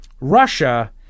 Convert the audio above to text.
Russia